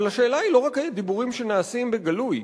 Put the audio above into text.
אבל השאלה היא לא רק דיבורים שנעשים בגלוי,